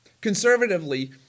Conservatively